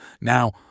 Now